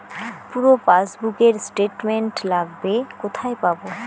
পুরো পাসবুকের স্টেটমেন্ট লাগবে কোথায় পাব?